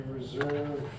reserve